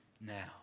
now